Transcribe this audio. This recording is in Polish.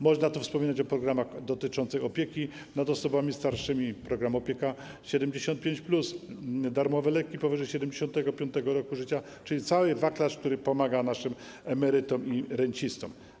Można wspominać o programach dotyczących opieki nad osobami starszymi, to program ˝Opieka 75+˝, darmowe leki powyżej 75. roku życia, czyli cały wachlarz, który pomaga naszym emerytom i rencistom.